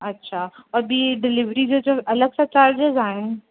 अच्छा और ॿी डिलीवरी जो जो अलॻि सां चार्जिस आहिनि